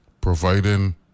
providing